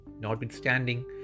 Notwithstanding